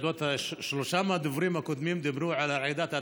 שלושה מהדוברים הקודמים דיברו על רעידת האדמה.